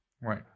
right